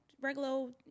regular